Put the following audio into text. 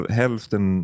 hälften